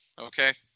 Okay